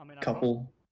couple